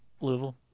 louisville